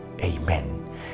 Amen